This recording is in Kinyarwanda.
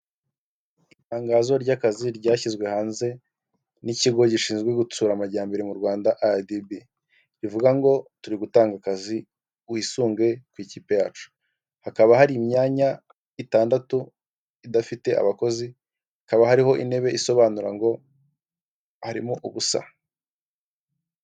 Itangazo ry'akazi ryashyizwe hanze n'ikigo gishinzwe gutsura amajyambere mu Rwanda aradibi rivuga ngo turi gutanga akazi wisunge ku ikipe yacu hakaba hari imyanya itandatu idafite abakozi, hakaba hariho intebe isobanura ngo harimo ubusa.